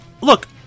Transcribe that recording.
look